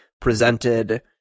presented